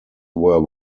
were